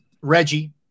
Reggie